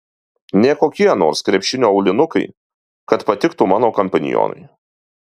ne kokie nors krepšinio aulinukai kad patiktų mano kompanionui